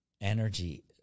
energy